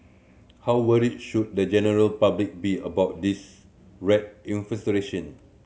how worried should the general public be about this rat